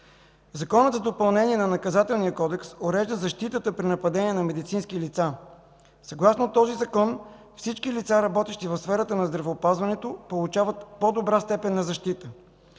Законът за допълнение на Наказателния кодекс урежда защитата при нападение на медицински лица. Съгласно този закон всички лица, работещите в сферата на здравеопазването, получават по-добра степен на защита.